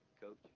Coach